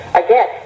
again